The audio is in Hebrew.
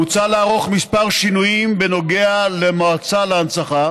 מוצע לערוך כמה שינויים בנוגע למועצה להנצחה: